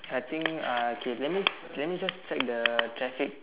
I think uh okay let me let me just check the traffic